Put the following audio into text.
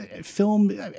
film